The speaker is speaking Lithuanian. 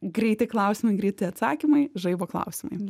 greiti klausimai greiti atsakymai žaibo klausimai